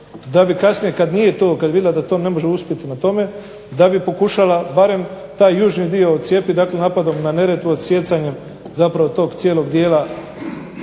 da bi kasnije kad nije to, kad je vidjela da to ne može uspjeti na tome, da bi pokušala barem taj južni dio odcijepit, dakle napadom na Neretvu, odsijecanje zapravo tog cijelog dijela